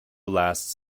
last